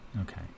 okay